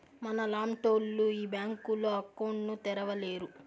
మనలాంటోళ్లు ఈ బ్యాంకులో అకౌంట్ ను తెరవలేరు